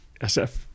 SF